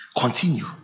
Continue